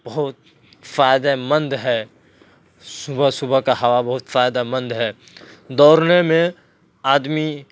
بہت فائدے مند ہے صبح صبح کا ہوا بہت فائدہ مند ہے دوڑنے میں آدمی